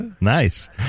Nice